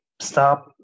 stop